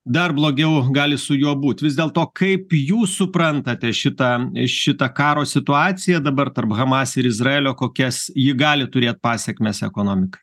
dar blogiau gali su juo būt vis dėl to kaip jūs suprantate šitą šitą karo situaciją dabar tarp hamas ir izraelio kokias ji gali turėt pasekmes ekonomikai